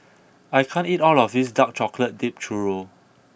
I can't eat all of this dark chocolate dipped Churro